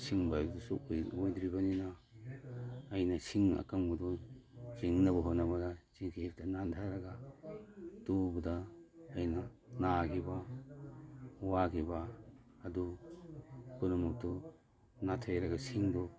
ꯑꯁꯤꯡꯕ ꯍꯥꯏꯗꯨꯁꯨ ꯑꯣꯏꯗ꯭ꯔꯤꯕꯅꯤꯅ ꯑꯩꯅ ꯁꯤꯡ ꯑꯀꯪꯕꯗꯨ ꯆꯤꯡꯅꯕ ꯍꯣꯠꯅꯕꯗ ꯆꯤꯊꯦꯛꯇ ꯅꯥꯟꯗꯔꯒ ꯇꯨꯕꯗ ꯑꯩꯅ ꯅꯥꯒꯤꯕ ꯋꯥꯒꯤꯕ ꯑꯗꯨ ꯄꯨꯝꯅꯃꯛꯇꯨ ꯅꯥꯊꯩꯔꯒ ꯁꯤꯡꯗꯨ